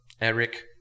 Eric